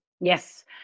Yes